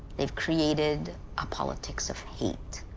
they've created a politics of hate.